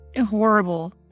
horrible